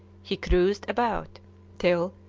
he cruised about till,